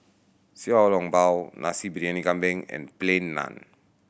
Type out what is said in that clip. Xiao Long Bao Nasi Briyani Kambing and Plain Naan